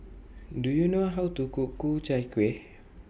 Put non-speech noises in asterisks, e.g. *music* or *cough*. Do YOU know How to Cook Ku Chai Kueh *noise*